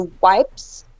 wipes